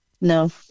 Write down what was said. No